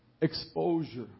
exposure